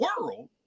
world